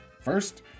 First